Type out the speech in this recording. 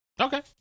Okay